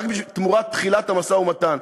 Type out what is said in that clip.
רק תמורת תחילת המשא-ומתן,